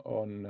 on